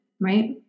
Right